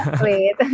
Wait